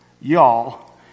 Y'all